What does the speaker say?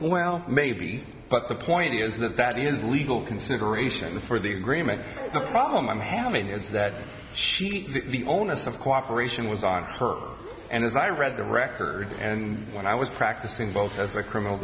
well maybe but the point is that that is legal consideration for the agreement the problem i'm having is that she onus of cooperation was on her and as i read the record and when i was practicing both as a criminal